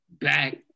Back